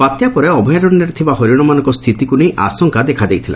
ବାତ୍ୟା ପରେ ଅଭୟାରଣ୍ୟରେ ଥିବା ହରିଣମାନଙ୍ଙ ସ୍ଥିତିକୁ ନେଇ ଆଶଙ୍କା ଦେଖାଦେଇଥିଲା